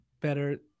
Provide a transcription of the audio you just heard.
better